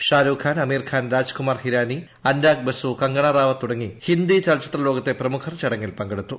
ഷാരൂഖ് ഖാൻ ആമീർ ഖാൻ രാജ്കുമാർ ഹിരാനി അനുരാഗ് ബസു കങ്കണാ റണാവത്ത് തുടങ്ങി ഹിന്ദി ചലച്ചിത്ര ലോകത്തെ പ്രമുഖർ ചടങ്ങിൽ പങ്കെടുത്തു